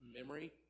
memory